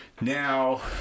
Now